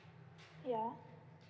ya